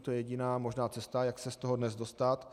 To je jediná možná cesta, jak se z toho dnes dostat.